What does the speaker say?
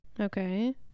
Okay